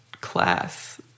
class